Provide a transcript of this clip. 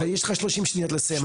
אבל יש לך שלושים שניות לסיים.